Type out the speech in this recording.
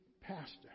pastor